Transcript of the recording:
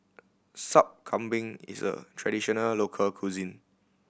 Sup Kambing is a traditional local cuisine